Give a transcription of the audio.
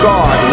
God